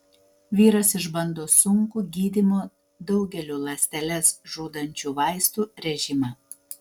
vyras išbando sunkų gydymo daugeliu ląsteles žudančių vaistų režimą